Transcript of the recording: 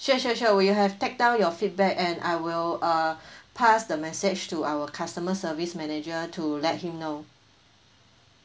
sure sure sure we have take down your feedback and I will uh pass the message to our customer service manager to let him know